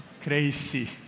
Crazy